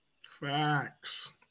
Facts